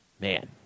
man